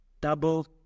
double